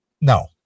No